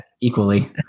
equally